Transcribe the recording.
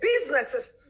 businesses